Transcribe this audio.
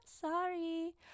sorry